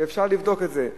ואפשר לבדוק את זה.